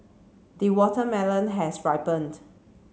the watermelon has ripened